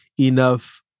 enough